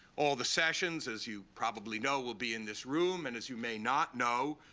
all the sessions, as you probably know, will be in this room. and as you may not know,